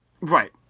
Right